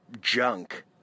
junk